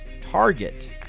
target